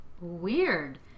Weird